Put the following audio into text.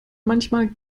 manchmal